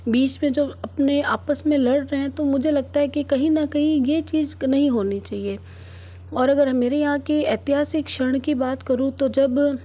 बीच में जब अपने आपस में लड़ रहे हैं तो मुझे लगता है कि कहीं ना कहीं यह चीज नहीं होनी चाहिए और अगर मेरी यहाँ की ऐतिहासिक क्षण की बात करूँ तो जब